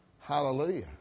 Hallelujah